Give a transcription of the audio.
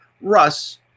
russ